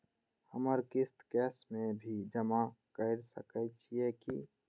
हमर किस्त कैश में भी जमा कैर सकै छीयै की?